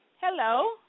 Hello